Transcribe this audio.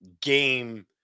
game –